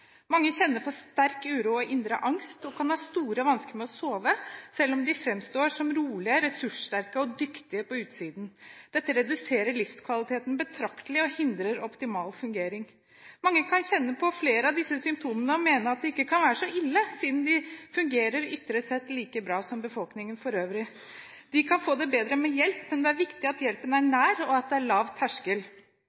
Mange kjenner på sterk uro og indre angst og kan ha store vansker med å sove, selv om de framstår som rolige, ressurssterke og dyktige på utsiden. Dette reduserer livskvaliteten betraktelig og hindrer optimal fungering. Mange kan kjenne på flere av disse symptomene og mene at det ikke kan være så ille, siden de ytre sett fungerer like bra som befolkningen for øvrig. De kan få det bedre med hjelp, men det er viktig at hjelpen er